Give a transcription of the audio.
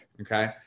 Okay